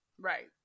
Right